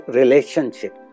relationship